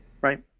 right